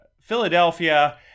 Philadelphia